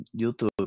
YouTube